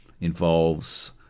involves